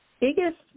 biggest